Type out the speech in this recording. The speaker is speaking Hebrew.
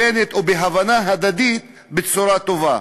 בהבנה הדדית בצורה טובה.